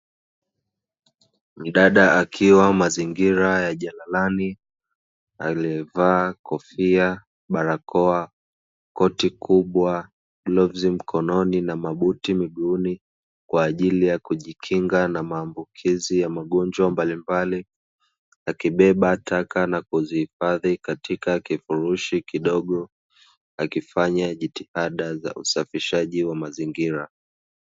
Mdada akiwa mazingira ya jalalani aliyevaa kofia, barakoa, koti kubwa, glovu mkononi na mabuti miguuni kwa ajili ya kujikinga na maambukizi ya magonjwa mbalimbali, akibeba taka na kuzihifadhi katika kifurushi kidogo akifanya jitihada za usafishaji wa mazingira.